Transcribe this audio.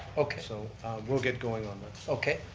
okay. so we'll get going on that. okay,